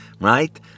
right